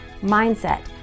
mindset